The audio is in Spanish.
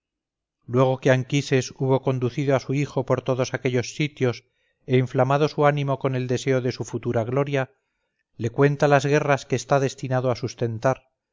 luego que anquises hubo conducido a su hijo por todos aquellos sitios e inflamado su ánimo con el deseo de su futura gloria le cuenta las guerras que está destinado a sustentar